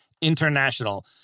International